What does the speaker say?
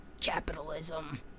capitalism